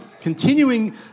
continuing